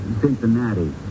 Cincinnati